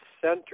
center